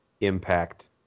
impact